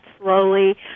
slowly